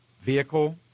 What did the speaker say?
vehicle –